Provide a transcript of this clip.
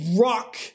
rock